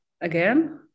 again